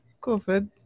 COVID